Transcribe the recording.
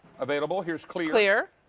available. here's clear.